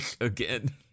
Again